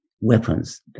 weapons